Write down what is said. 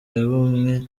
y’ubumwe